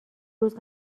روز